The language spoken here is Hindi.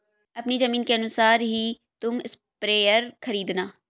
अपनी जमीन के अनुसार ही तुम स्प्रेयर खरीदना